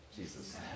Jesus